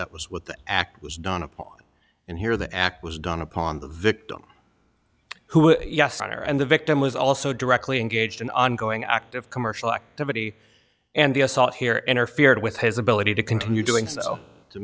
that was with the act was done upon and here that act was done upon the victim who yes honor and the victim was also directly engaged in ongoing active commercial activity and the assault here interfered with his ability to continue doing